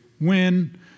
win